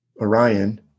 Orion—